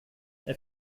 jag